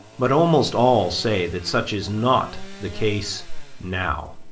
but almost all say that such is not the case now.